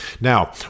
Now